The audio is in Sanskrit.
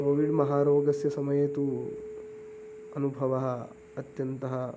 कोविड् महारोगस्य समये तु अनुभवः अत्यन्तं